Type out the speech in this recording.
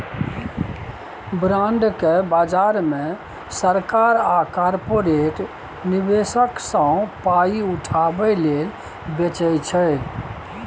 bond केँ बजार मे सरकार आ कारपोरेट निबेशक सँ पाइ उठाबै लेल बेचै छै